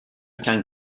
can